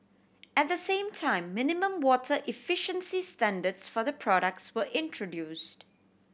at the same time minimum water efficiency standards for the products were introduced